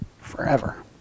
forever